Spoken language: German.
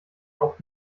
auch